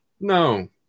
No